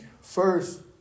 first